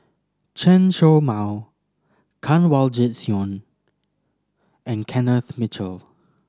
Chen Show Mao Kanwaljit Soin and Kenneth Mitchell